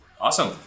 Awesome